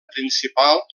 principal